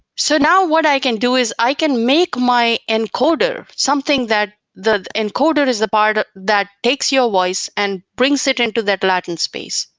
so now, what i can do is i can make my encoder something that the encoder is the part that takes your voice and brings it into that latent space,